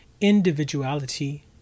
individuality